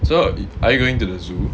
so are you going to the zoo